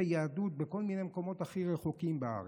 היהדות בכל מיני מקומות הכי רחוקים בארץ.